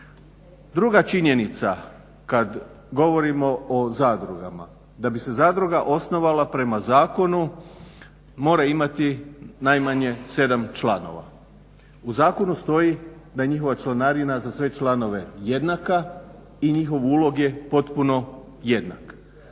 Druga činjenica, kad govorimo o zadrugama, da bi se zadruga osnovala prema zakonu mora imati najmanje sedam članova. U zakonu stoji da je njihova članarina za sve članove jednaka i njihov ulog je potpuno jednak.